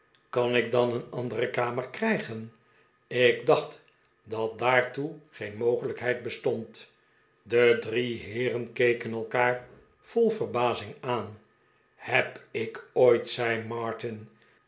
kan ik dan een andere kamer krijgen ik dacht dat daartoe geen mogelijkheid bestond de drie heeren keken elkaar vol verbazing aan heb ik ooitl zei martin